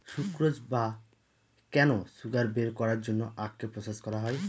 sucrose বা কেন sugar বের করার জন্য আখকে প্রসেস করা হয়